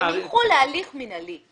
ילכו להליך מינהלי.